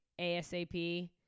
ASAP